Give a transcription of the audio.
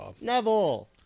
Neville